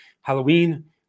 Halloween